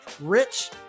Rich